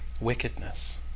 Wickedness